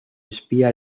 espía